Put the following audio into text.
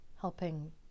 helping